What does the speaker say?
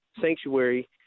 sanctuary